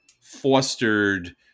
fostered